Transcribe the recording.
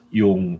yung